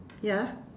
ya